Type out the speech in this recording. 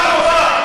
זו הסתה חמורה.